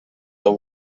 the